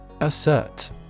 Assert